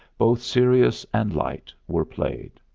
both serious and light, were played.